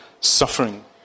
suffering